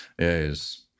Yes